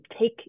take